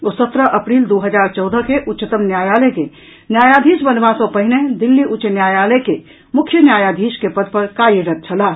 वो सत्रह फरवरी दू हजार चौदह के उच्चतम न्यायालय के न्यायाधीश बनवा सॅ पहिने दिल्ली उच्च न्यायालय के मुख्य न्यायाधीश के पद पर कार्यरत छलाह